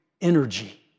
energy